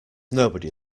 nobody